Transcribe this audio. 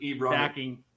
backing